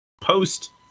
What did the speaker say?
post